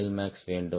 எல்மேக்ஸ் வேண்டும்